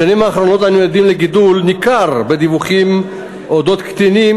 בשנים האחרונות אנו עדים לגידול ניכר בדיווחים על קטינים